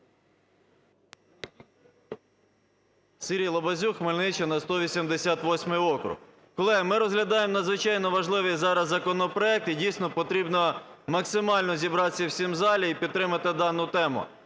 Сергій Лабазюк, Хмельниччина, 188-й округ. Колеги, ми розглядаємо надзвичайно важливий зараз законопроект. І, дійсно, потрібно максимально зібратись всім в залі і підтримати дану тему.